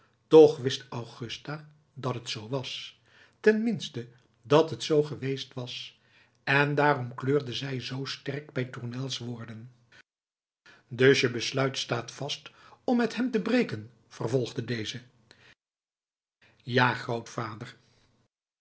toch wist augusta dat t zoo was ten minste dat het zoo geweest was en daarom kleurde zij zoo sterk bij tournels woorden dus je besluit staat vast om met hem te breken vervolgde deze ja grootvader